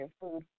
food